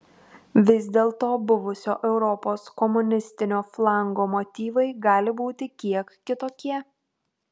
vis dėlto buvusio europos komunistinio flango motyvai gali būti kiek kitokie